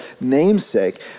namesake